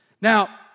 Now